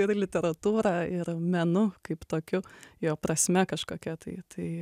ir literatūra ir menu kaip tokiu jo prasme kažkokia tai tai